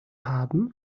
haben